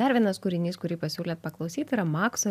dar vienas kūrinys kurį pasiūlėt paklausyt yra makso